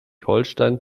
holsteins